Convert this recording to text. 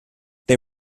they